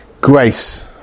grace